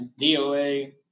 DOA